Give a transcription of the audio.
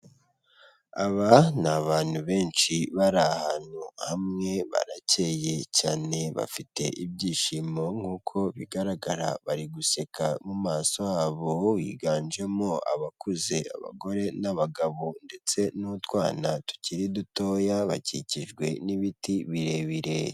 Aba ni abantu benshi bari ahantu hamwe, barakeye cyane bafite ibyishimo, nk'uko bigaragara bari guseka mu maso habo, higanjemo abakuze, abagore n'abagabo, ndetse n'utwana tukiri dutoya, bakikijwe n'ibiti birebire.